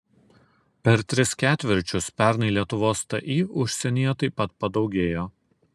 per tris ketvirčius pernai lietuvos ti užsienyje taip pat padaugėjo